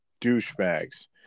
douchebags